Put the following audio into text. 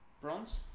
Bronze